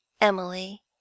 Emily